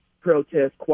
protest